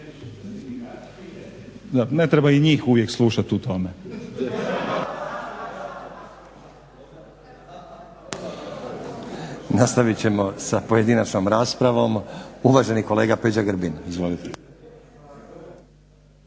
Ne treba i njih uvijek slušat u tome.